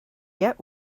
yet